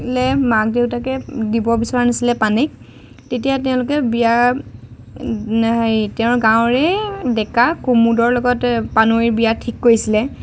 লে মাক দোউতাকো দিব বিচৰা নাছিলে পানেক তেতিয়া তেওঁলোকে বিয়া হেৰি তেওঁৰ গাঁৱৰে ডেকা কুমুদৰ লগত পানৈৰ বিয়া ঠিক কৰিছিলে